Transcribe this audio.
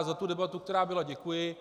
Za debatu, která byla, děkuji.